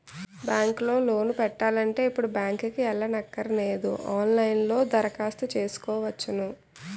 bank లో loan పెట్టాలంటే ఇప్పుడు బ్యాంకుకి ఎల్లక్కరనేదు ఆన్ లైన్ లో దరఖాస్తు సేసుకోవచ్చును